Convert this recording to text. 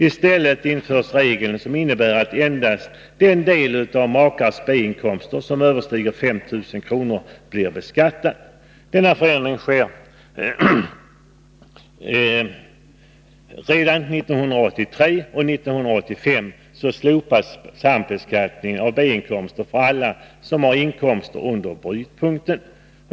I stället införs en regel som innebär att endast den del av makars B-inkomster som överstiger 5 000 kr. blir sambeskattad. Denna förändring sker redan 1983, och 1985 slopas sambeskattning av B-inkomster för alla som har inkomster under brytpunkten.